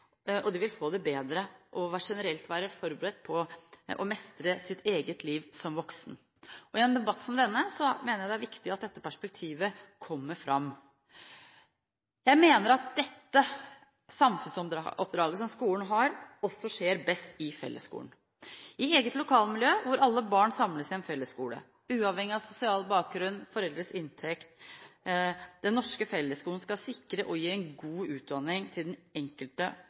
og de vil få det bedre og generelt være forberedt på å mestre eget liv som voksen. I en debatt som denne mener jeg det er viktig at dette perspektivet kommer fram. Jeg mener at dette samfunnsoppdraget som skolen har, også skjer best i fellesskolen – i eget lokalmiljø, hvor alle barn samles i en fellesskole, uavhengig av sosial bakgrunn og foreldres inntekt. Den norske fellesskolen skal sikre, og gi, en god utdanning til den enkelte